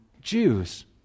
Jews